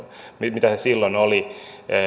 silloin oli